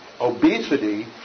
obesity